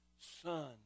son